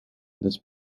this